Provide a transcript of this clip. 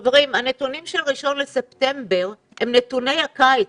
חברים, הנתונים של 1 בספטמבר הם נתוני הקיץ.